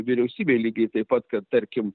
vyriausybei lygiai taip pat kad tarkim